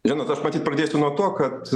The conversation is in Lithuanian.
žinot aš matyt pradėsiu nuo to kad